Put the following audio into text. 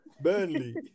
Burnley